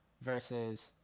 versus